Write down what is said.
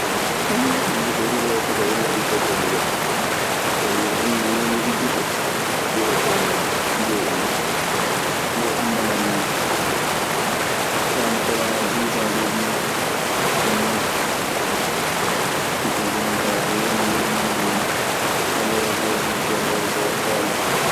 Ha gite hulee gila alla taji kam mi yiayi, ka mido andi noneji gite burat joyi hen ɗo. Ley anndal an min kaa. Faa neɗɗo waawaa hiisaade nii jooni non. Ko woni ley muuɗun ɓaleeje, boɗeeje, oole.